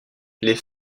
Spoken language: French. les